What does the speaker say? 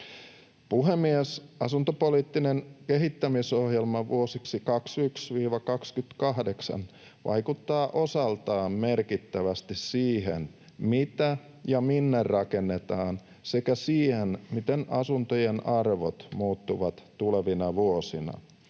Puhemies! Asuntopoliittinen kehittämisohjelma vuosiksi 21—28 vaikuttaa osaltaan merkittävästi siihen, mitä ja minne rakennetaan, sekä siihen, miten asuntojen arvot muuttuvat tulevina vuosina.